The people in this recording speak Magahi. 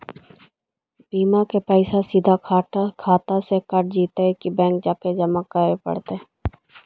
बिमा के पैसा सिधे खाता से कट जितै कि बैंक आके जमा करे पड़तै?